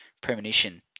premonition